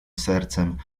sercem